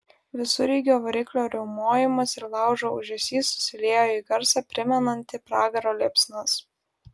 visureigio variklio riaumojimas ir laužo ūžesys susiliejo į garsą primenantį pragaro liepsnas